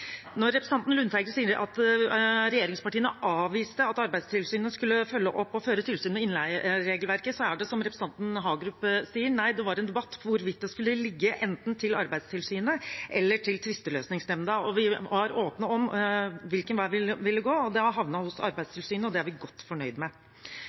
når vi har det presise lovforslaget i innstillinga. I denne debatten tror jeg det er flere som lider av det Kåre Willoch i sin tid kalte «erindringsforskyvning». Representanten Lundteigen sier at regjeringspartiene avviste at Arbeidstilsynet skulle følge opp og føre tilsyn med innleieregelverket. Som representanten Hagerup sier: Det var en debatt om hvorvidt det skulle ligge enten til Arbeidstilsynet eller til Tvisteløsningsnemnda, og vi